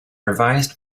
revised